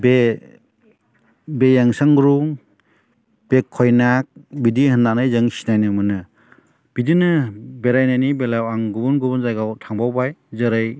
बे येमसामरुं बे कन्याक बिदि होननानै जों सिनायनो मोनो बिदिनो बेरायनायनि बेलायाव आं गुबुन गुबुन जायगायाव थांबावबाय जेरै